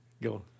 Go